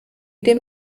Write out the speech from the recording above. dem